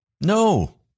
No